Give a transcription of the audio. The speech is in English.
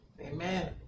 Amen